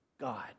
God